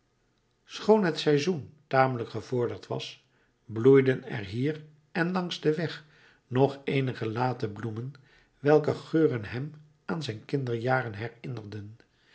schoon het seizoen tamelijk gevorderd was bloeiden er hier en langs den weg nog eenige late bloemen welker geuren hem aan zijn kinderjaren herinnerden